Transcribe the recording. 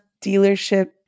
dealership